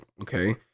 okay